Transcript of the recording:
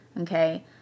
okay